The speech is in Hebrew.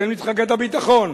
בהתאם לתחיקת הביטחון,